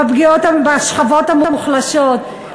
בפגיעות בשכבות המוחלשות?